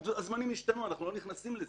הזמנים השתנו, אנחנו לא נכנסים לזה.